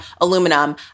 aluminum